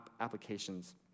applications